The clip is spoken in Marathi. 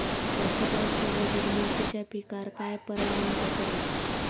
जास्त पाऊस पडलो तर मिरचीच्या पिकार काय परणाम जतालो?